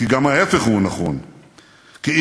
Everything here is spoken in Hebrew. חוויות חיינו בה.